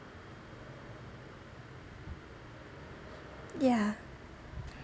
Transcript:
yeah